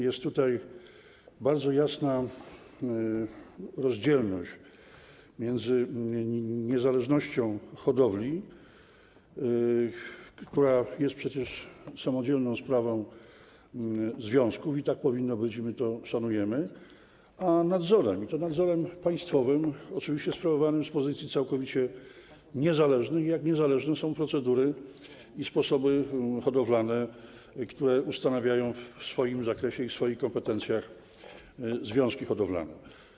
Jest tutaj bardzo jasna rozdzielność między niezależnością hodowli, która jest przecież samodzielną sprawą związków - i tak powinno być, i my to szanujemy - a nadzorem, i to nadzorem państwowym, oczywiście sprawowanym z pozycji całkowicie niezależnych, tak jak niezależne są procedury i sposoby hodowlane, które ustanawiają w swoim zakresie i w swoich kompetencjach związki hodowlane.